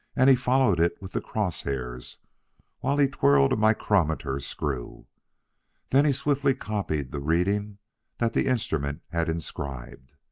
and he followed it with the cross-hairs while he twirled a micrometer screw then he swiftly copied the reading that the instrument had inscribed.